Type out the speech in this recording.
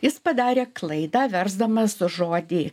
jis padarė klaidą versdamas žodį